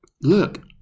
Look